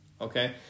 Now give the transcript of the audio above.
okay